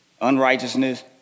unrighteousness